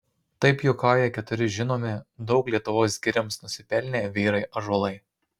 taip juokauja keturi žinomi daug lietuvos girioms nusipelnę vyrai ąžuolai